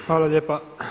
Hvala lijepa.